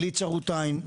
בלי צרות עין,